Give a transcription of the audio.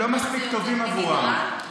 לא מספיק טובים עבורם.